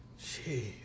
Jeez